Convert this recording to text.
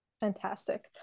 Fantastic